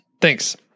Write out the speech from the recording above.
thanks